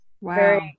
Wow